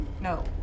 No